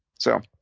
so.